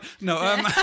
No